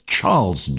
Charles